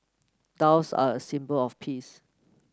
doves are a symbol of peace